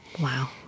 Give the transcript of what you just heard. Wow